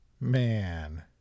man